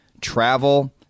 travel